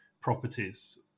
properties